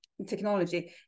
technology